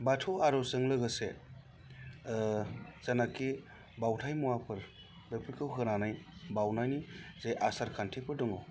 बाथौ आर'जजों लोगोसे जेनाखि बाउथाइ मुवाफोर बेफोरखौ होनानै बाउनायनि जे आसारखान्थिफोर दङ